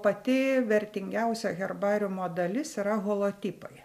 pati vertingiausia herbariumo dalis yra holotipai